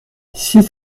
six